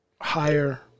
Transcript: higher